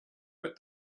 but